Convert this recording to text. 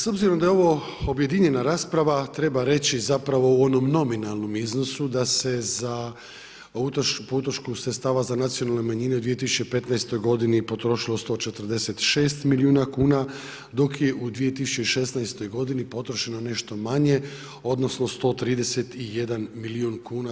S obzirom da je ovo objedinjena rasprava, treba reći zapravo u onom nominalnom iznosu da se po utrošku sredstava za nacionalne manjine u 2015. godini potrošilo 146 milijuna kuna, dok je u 2016. godini potrošeno nešto manje, odnosno 131 milijun kuna.